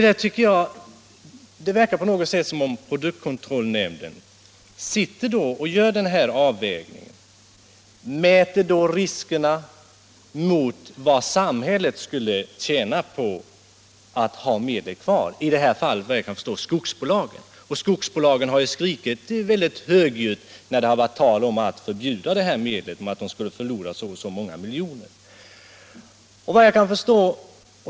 Jag tycker att det verkar som om produktkontrollnämnden i sin avvägning mäter riskerna och sätter dem mot vad samhället skulle tjäna på att ha medlet kvar —- i det här fallet såvitt jag kan förstå skogsbolagen. Dessa bolag har också skrikit mycket högljutt, när det varit tal om att förbjuda det här medlet, och framhållit att de skulle förlora så och så många miljoner på en sådan åtgärd.